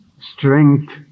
strength